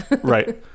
Right